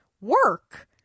work